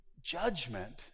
Judgment